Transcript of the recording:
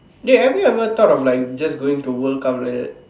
dey have you ever thought of like just going to world cup like that